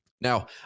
Now